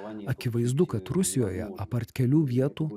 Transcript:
akivaizdu kad rusijoje apart kelių vietų